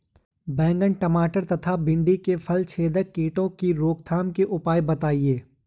बैंगन टमाटर तथा भिन्डी में फलछेदक कीटों की रोकथाम के उपाय बताइए?